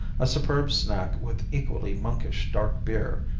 a superb snack with equally monkish dark beer,